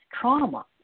trauma